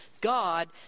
God